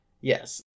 Yes